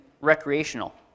recreational